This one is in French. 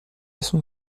son